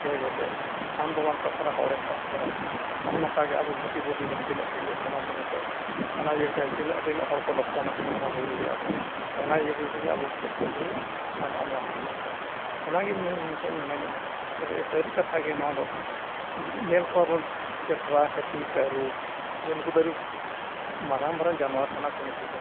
ᱤᱭᱟᱹ ᱠᱟᱛᱮᱜ ᱟᱢᱫᱚ ᱵᱟᱝ ᱴᱷᱚᱠ ᱠᱚᱨᱮ ᱦᱚᱲᱮ ᱴᱷᱮᱡ ᱠᱚᱨᱟ ᱱᱚᱜᱼᱚ ᱱᱚᱝᱠᱟᱜᱮ ᱟᱵᱚ ᱜᱷᱟᱴᱤ ᱵᱩᱨᱩᱨᱮ ᱡᱟᱦᱟᱸ ᱛᱤᱱᱟᱹᱜ ᱠᱚ ᱤᱭᱟᱹ ᱠᱟᱱᱟ ᱠᱚ ᱱᱤᱛᱳᱜ ᱚᱱᱟ ᱤᱭᱟᱹ ᱠᱟᱛᱮ ᱛᱤᱱᱟᱹᱜ ᱛᱤᱱᱟᱹᱜ ᱦᱚᱲ ᱠᱚ ᱞᱚᱠᱥᱟᱱᱚᱜ ᱠᱟᱱᱟ ᱚᱱᱟ ᱵᱩᱨᱩᱨᱮ ᱟᱵᱚ ᱚᱱᱟ ᱤᱭᱟᱹ ᱵᱩᱨᱩ ᱠᱚᱜᱮ ᱟᱵᱚ ᱪᱮᱫ ᱠᱚ ᱤᱭᱟᱹᱭᱟ ᱟᱨ ᱱᱚᱜᱼᱚ ᱱᱚᱣᱟ ᱤᱭᱟᱹ ᱚᱱᱟᱜᱮ ᱤᱧᱫᱚ ᱱᱤᱛᱳᱜ ᱤᱧ ᱢᱮᱱᱮᱜᱼᱟ ᱛᱚᱵᱮ ᱥᱟᱹᱨᱤ ᱠᱟᱛᱷᱟᱜᱮ ᱱᱚᱣᱟ ᱫᱚ ᱧᱮᱞ ᱠᱚᱣᱟᱵᱚᱱ ᱪᱮᱴᱨᱟ ᱦᱟᱹᱛᱤ ᱛᱟᱹᱨᱩᱵᱽ ᱱᱩᱠᱩᱫᱚ ᱟᱹᱨᱤ ᱢᱟᱨᱟᱝ ᱢᱟᱨᱟᱝ ᱡᱟᱱᱣᱟᱨ ᱠᱟᱱᱟ ᱠᱚ ᱱᱩᱠᱩ ᱫᱚ